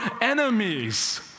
enemies